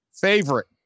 Favorite